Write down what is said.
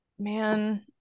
Man